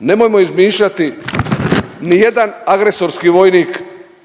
Nemojmo izmišljati ni jedan agresorski vojnik